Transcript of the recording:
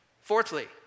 Fourthly